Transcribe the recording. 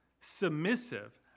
submissive